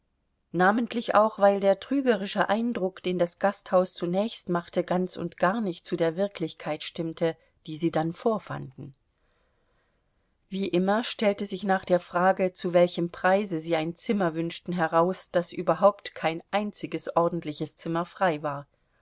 namentlich auch weil der trügerische eindruck den das gasthaus zunächst machte ganz und gar nicht zu der wirklichkeit stimmte die sie dann vorfanden wie immer stellte sich nach der frage zu welchem preise sie ein zimmer wünschten heraus daß überhaupt kein einziges ordentliches zimmer frei war